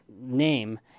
name